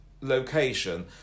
location